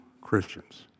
Christians